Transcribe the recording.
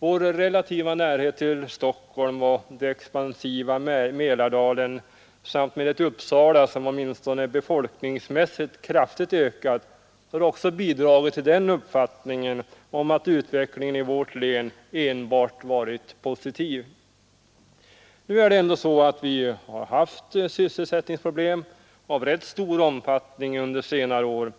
Vår relativa närhet till Stockholm och den expansiva Mälardalen samt Uppsala, som åtminstone befolkningsmässigt kraftigt ökat, har också bidragit till den uppfattningen att utvecklingen i vårt län enbart varit positiv. Nu är det ändå så att vi har haft sysselsättningsproblem av rätt stor omfattning under senare år,